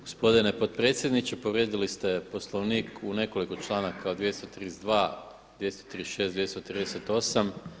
Gospodine potpredsjedniče povrijedili ste Poslovnik u nekoliko članaka od 232., 236., 238.